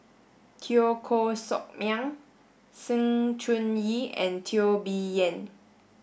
Teo Koh Sock Miang Sng Choon Yee and Teo Bee Yen